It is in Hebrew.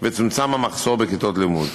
וצומצם המחסור בכיתות לימוד.